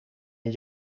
een